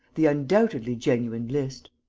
the undoubtedly genuine list.